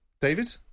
David